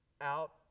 out